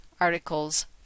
Articles